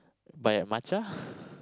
buy a matcha